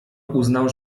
uznał